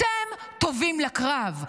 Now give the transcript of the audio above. אתם טובים לקרב,